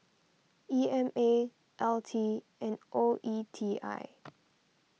E M A L T and O E T I